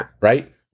right